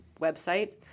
website